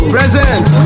Present